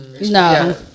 no